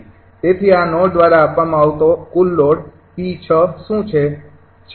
તેથી આ નોડ દ્વારા આપવામાં આવતો કુલ લોડ 𝑃૬ શુ છે